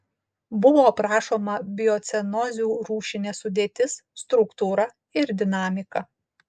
buvo aprašoma biocenozių rūšinė sudėtis struktūra ir dinamika